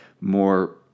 more